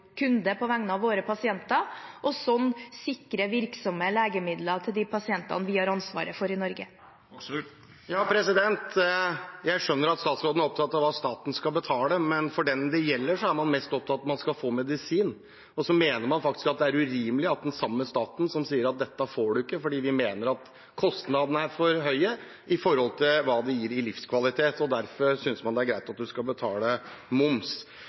på vegne av våre pasienter, og sånn sikre virksomme legemidler til de pasientene vi har ansvaret for i Norge. Jeg skjønner at statsråden er opptatt av at staten skal betale, men den det gjelder, er mest opptatt av at man skal få medisin. Man mener faktisk at det er urimelig at den samme staten som sier at dette får du ikke fordi vi mener at kostnadene for høye i forhold til hva det gir livskvalitet, derfor synes at det er greit at man skal betale moms.